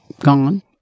gone